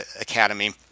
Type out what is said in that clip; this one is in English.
Academy